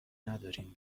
ندارین